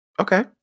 Okay